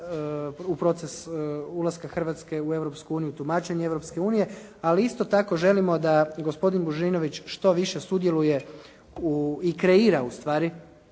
u proces ulaska Hrvatske u Europsku uniju, tumačenje Europske unije, ali isto tako želimo da gospodin Božinović što više sudjeluje i kreira ustvari